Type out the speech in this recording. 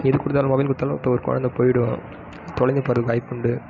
எது கொடுத்தாலும் மொபைல் கொடுத்தாலும் இப்போ ஒரு கொழந்தை போய்டும் தொலைஞ்சு போகிறதுக்கு வாய்ப்புண்டு